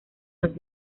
los